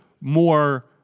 more